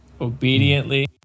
obediently